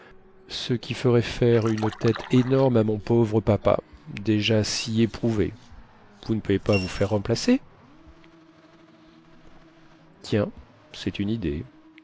ce qui ferait faire une tête énorme à mon pauvre papa déjà si éprouvé vous ne pouvez pas vous faire remplacer tiens cest une idée